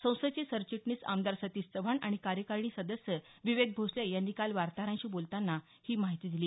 संस्थेचे सरचिटणीस आमदार सतीश चव्हाण आणि कार्यकारणी सदस्य विवेक भोसले यांनी काल वार्ताहरांशी बोलतांन ही माहिती दिली